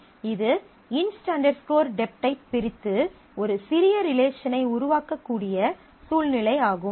இது இன்ஸ்ட் டெப்ட் inst dept ஐப் பிரித்து ஒரு சிறிய ரிலேஷனை உருவாக்கக்கூடிய சூழ்நிலை ஆகும்